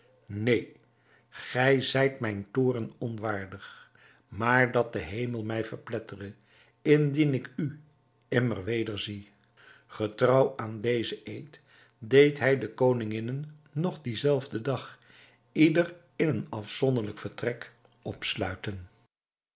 neen gij zijt mijn toorn onwaardig maar dat de hemel mij verplettere indien ik u immer wederzie getrouw aan dezen eed deed hij de koninginnen nog dien zelfden dag ieder in een afzonderlijk vertrek opsluiten